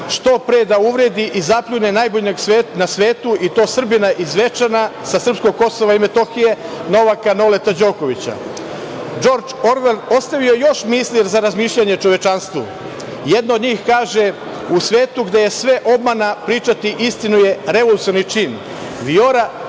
što pre da uvredi i zapljune najboljeg na svetu i to Srbina iz Zvečana, sa srpskog KiM, Novaka Noleta Đokovića. Džordž Orvel, ostavio je još misli za razmišljanje čovečanstvu, jedno od njih kaže, u svetu gde je sve obmana pričati istinu je revolucionarni čin, Vijora